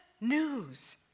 news